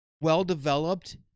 well-developed